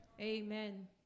Amen